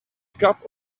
cup